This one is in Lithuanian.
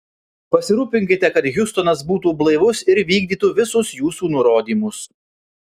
pasirūpinkite kad hiustonas būtų blaivus ir vykdytų visus jūsų nurodymus